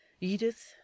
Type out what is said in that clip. Edith